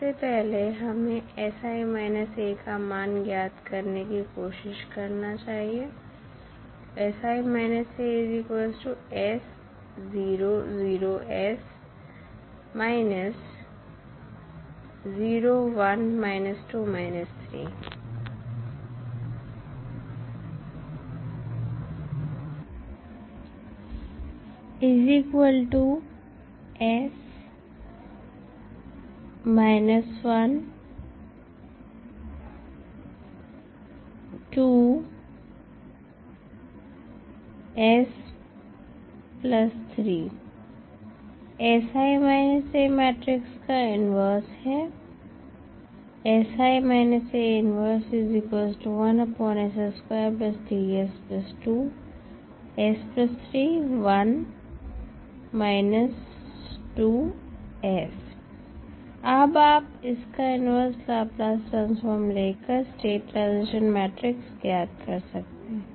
सबसे पहले हमें का मान ज्ञात करने की कोशिश करना चाहिए तो मैट्रिक्स का इन्वर्स है - अब आप इसका इन्वर्स लाप्लास ट्रांसफॉर्म ले कर स्टेट ट्रांजिशन मैट्रिक्स ज्ञात कर सकते हैं